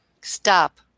Stop